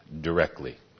directly